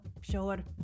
sure